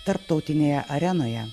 tarptautinėje arenoje